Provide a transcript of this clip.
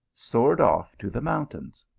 soared off to the mountains.